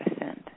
ascend